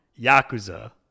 Yakuza